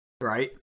right